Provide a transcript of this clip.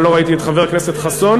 אני לא ראיתי את חבר הכנסת חסון.